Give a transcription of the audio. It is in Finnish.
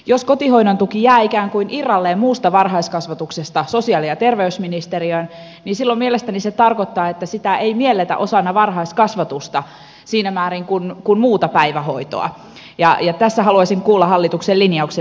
jos kotihoidon tuki jää ikään kuin irralleen muusta varhaiskasvatuksesta sosiaali ja terveysministeriöön niin silloin mielestäni se tarkoittaa että sitä ei mielletä osana varhaiskasvatusta siinä määrin kuin muuta päivähoitoa ja tässä haluaisin kuulla hallituksen linjauksen